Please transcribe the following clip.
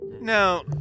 Now